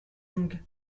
donc